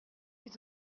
ils